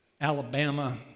Alabama